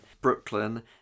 brooklyn